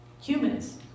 humans